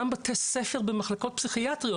גם בתי ספר במחלקות פסיכיאטריות.